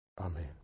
Amen